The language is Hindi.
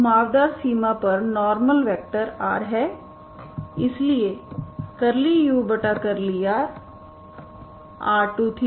घुमावदार सीमा पर नॉर्मल वेक्टर r है इसलिए ∂u∂r